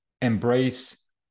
embrace